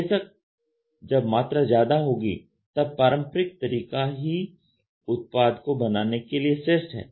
बेशक जब मात्रा ज्यादा होगी तब पारंपरिक तरीका ही उत्पाद को बनाने के लिए श्रेष्ठ है